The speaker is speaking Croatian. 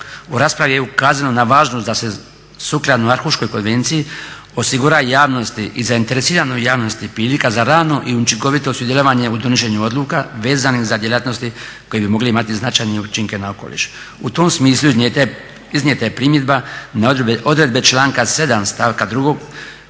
U raspravi je ukazano na važnost da se sukladno …/Govornik se ne razumije./… konvenciji osigura javnosti i zainteresiranoj javnosti prilika za rano i učinkovito sudjelovanje u donošenju odluka vezanih za djelatnosti koje bi mogle imati značajne učinke na okoliš. U tom smislu iznijeta je primjedba na odredbe članka 7. stavka 2.